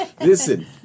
listen